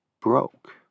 broke